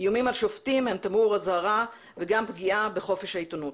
איומים על שופטים הם תמרור אזהרה וגם פגיעה בחופש העיתונות.